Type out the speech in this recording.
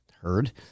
heard